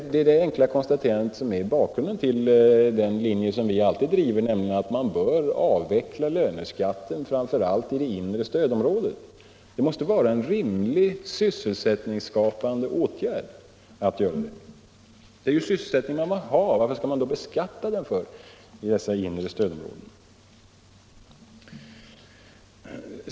Det är detta enkla konstaterande som är bakgrunden till den linje som vi alltid driver, nämligen att löneskatten bör avvecklas framför allt i det inre stödområdet. Det måste vara en rimlig sysselsättningsskapande åtgärd. Och det är ju sysselsättning man vill ha. Varför skall man då beskatta den i det inre stödområdet?